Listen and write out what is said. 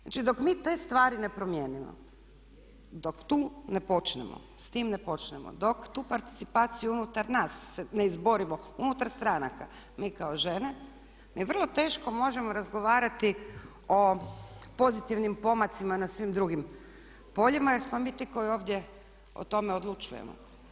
Znači, dok mi te stvari ne promijenimo, dok tu ne počnemo, s tim ne počnemo, dok tu participaciju unutar nas ne izborimo, unutar stranaka mi kao žene, mi vrlo teško možemo razgovarati o pozitivnim pomacima na svim drugim poljima jer smo mi ti koji ovdje o tome odlučujemo.